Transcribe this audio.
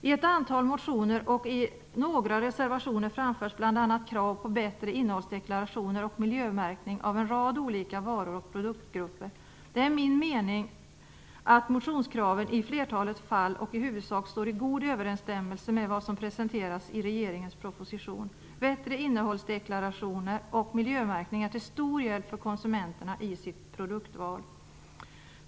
I ett antal motioner och i några reservationer framförs bl.a. krav på bättre innehållsdeklarationer och miljömärkning av en rad olika varor och produktgrupper. Enligt min mening står motionskraven i huvudsak och i flertalet fall i god överensstämmelse med vad som presenteras i regeringens proposition. Bättre innehållsdeklarationer och miljömärkning är till stor hjälp för konsumenterna i deras produktval.